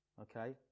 Okay